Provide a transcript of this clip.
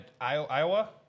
Iowa